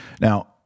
Now